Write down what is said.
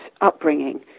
upbringing